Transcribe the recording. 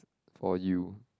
for you